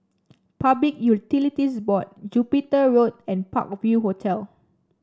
Public Utilities Board Jupiter Road and Park View Hotel